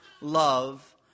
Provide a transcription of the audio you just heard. love